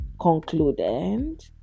concluded